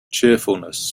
cheerfulness